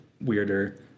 weirder